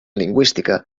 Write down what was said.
lingüística